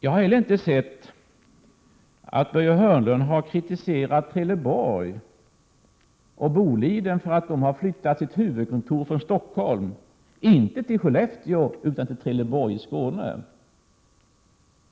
Jag har inte heller märkt att Börje Hörnlund har kritiserat Trelleborg/ Boliden för att företaget har flyttat sitt huvudkontor från Stockholm —inte till Skellefteå utan till Trelleborg i Skåne.